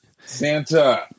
Santa